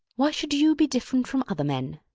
why should you be different from other men?